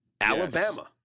Alabama